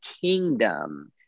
kingdom